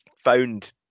found